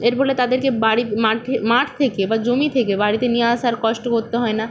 এর ফলে তাদেরকে বাড়ির মাঠ থেকে বা জমি থেকে বাড়িতে নিয়ে আসার কষ্ট করতে হয় না